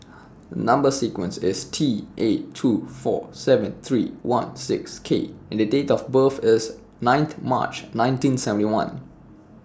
Number sequence IS T eight two four seven three one six K and Date of birth IS ninth March nineteen seventy one